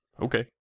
okay